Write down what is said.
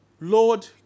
Lord